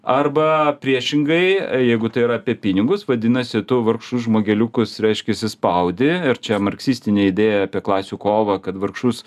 arba priešingai jeigu tai yra apie pinigus vadinasi tu vargšus žmogeliukus reiškiasi spaudi ir čia marksistinė idėja apie klasių kovą kad vargšus